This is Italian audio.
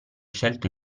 scelto